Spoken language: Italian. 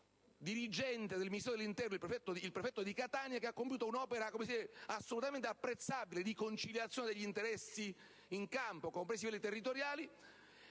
dirigente del Ministero dell'interno, il prefetto di Catania, che ha compiuto un'opera assolutamente apprezzabile di conciliazione degli interessi in campo, compresi quelli territoriali,